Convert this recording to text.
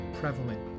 prevalent